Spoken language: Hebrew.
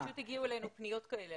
הגיעו אלינו פניות כאלה,